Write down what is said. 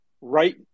right